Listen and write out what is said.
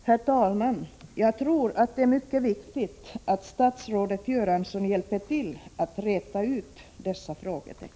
Herr talman! Jag tror att det är mycket viktigt att statsrådet Göransson hjälper till att räta ut dessa frågetecken.